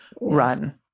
run